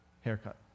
haircut